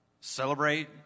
celebrate